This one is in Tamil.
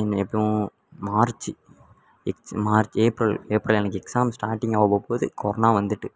என்ன எப்போவும் மார்ச்சி எக்ஸ் மார்ச் ஏப்ரல் ஏப்ரல் எனக்கு எக்ஸாம் ஸ்டார்ட்டிங் ஆகப்போது கொரோனா வந்துட்டு